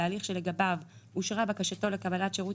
בהליך שלגביו אושרה בקשתו לקבלת שירות